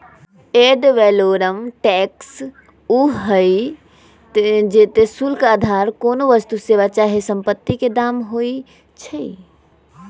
ad valorem tax उ हइ जेते शुल्क अधार कोनो वस्तु, सेवा चाहे सम्पति के दाम होइ छइ